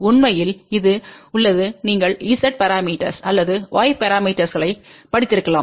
உண்மையில் இது உள்ளது நீங்கள் Z பரமீட்டர்ஸ் அல்லது Y பரமீட்டர்ஸ்ளைப் படித்திருக்கலாம்